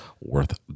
worth